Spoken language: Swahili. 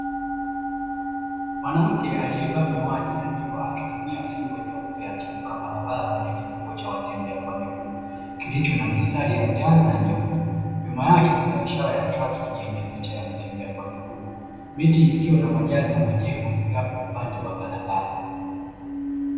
Mwanamke aliyevaa miwani ya jua akitumia fimbo nyeupe akivuka barabara kwenye kivuko cha watembea kwa miguu ,kilicho na mistari ya njano na nyeupe. Nyuma yake kukiwa na ishara ya trafiki yenye picha ya mtembea kwa miguu. Miti isiyo na majani na majengo, yapo upande wa barabara.